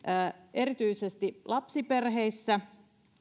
erityisesti lapsiperheissä